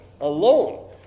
alone